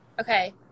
Okay